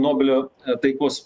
nobelio taikos